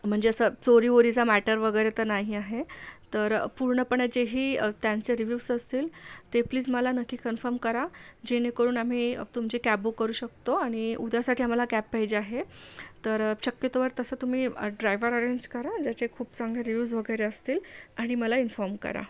म्हणजे असं चोरी वोरीचा मॅटर वगैरे तर नाही आहे तर पूर्णपणे जे ही त्यांचे रिव्ह्यूज असतील ते प्लीज मला नक्की कन्फर्म करा जेणेकरून आम्ही तुमची कॅब बुक करू शकतो आणि उद्यासाठी आम्हाला कॅब पाहिजे आहे तर शक्यतोवर तसं तुम्ही ड्रायव्हर अरेंज करा ज्याचे खूप चांगले रिव्ह्यूज वगैरे असतील आणि मला इन्फॉर्म करा